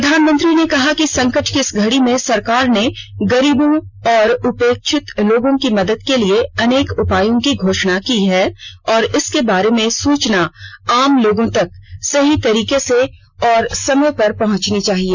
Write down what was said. प्रधानमंत्री ने कहा कि संकट की इस घडी में सरकार ने गरीबों और उपेक्षित लोगों की मदद के लिए अनेक उपायों की घोषणा की है और इनके बारे में सूचना आम लोगों तक सही तरीके से और समय पर पहंचनी चाहिए